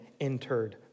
entered